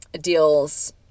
deals